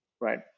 Right